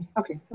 okay